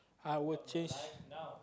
I would change